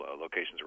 locations